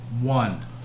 One